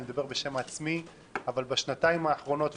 אני מדבר בשם עצמי אבל בשנתיים האחרונות,